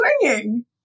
swinging